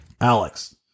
Alex